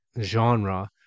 genre